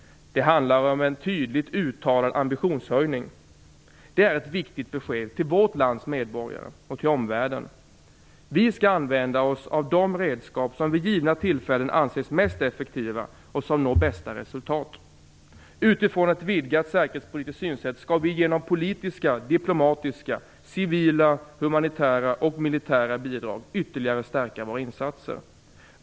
Det handlar om en tydligt uttalad ambitionshöjning. Det är ett viktigt besked till vårt lands medborgare och till omvärlden. Vi skall använda oss av de redskap som vid givna tillfällen anses mest effektiva och som når bästa resultat. Utifrån ett vidgat säkerhetspolitiskt synsätt skall vi genom politiska, diplomatiska, civila, humanitära och militära bidrag ytterligare stärka våra insatser.